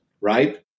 right